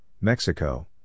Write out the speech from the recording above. Mexico